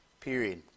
period